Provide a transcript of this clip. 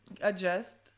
adjust